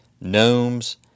gnomes